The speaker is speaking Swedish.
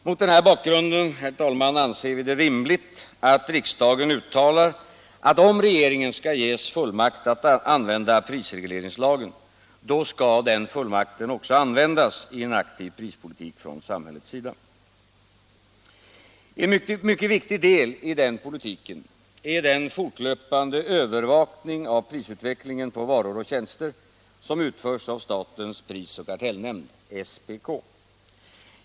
Mot denna bakgrund, herr talman, anser vi det rimligt att riksdagen uttalar att om regeringen skall ges fullmakt att använda prisregleringslagen, då skall den fullmakten också användas i en aktiv prispolitik från samhällets sida. En mycket viktig del av den politiken är den fortlöpande övervakning av prisutvecklingen på varor och tjänster som utförs av statens prisoch kartellnämnd, SPK.